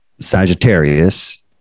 sagittarius